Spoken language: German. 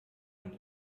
und